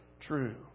true